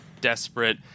desperate